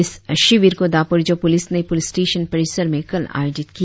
इस शिविर को दापोरिजो पुलिस ने पुलिस स्टेशन परिसर में कल आयोजित किया